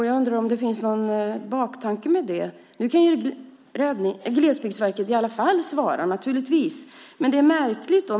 Jag undrar om det finns någon baktanke med det. Nu kan Glesbygdsverket i alla fall svara, naturligtvis, men det är märkligt.